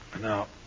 Now